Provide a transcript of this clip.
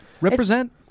Represent